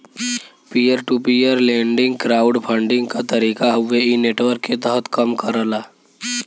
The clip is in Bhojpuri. peer to peer lending crowd funding क तरीका हउवे इ नेटवर्क के तहत कम करला